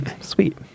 Sweet